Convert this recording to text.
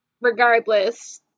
regardless